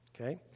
Okay